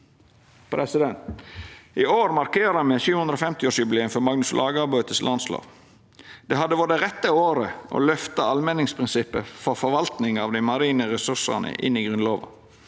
I år markerer me 750-årsjubileum for Magnus Lagabøtes landslov. Det hadde vore det rette året å løfta allmenningsprinsippet for forvaltning av dei marine ressursane inn i Grunnlova.